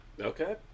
Okay